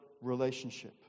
relationship